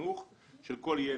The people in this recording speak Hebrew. החינוכי של כל ילד.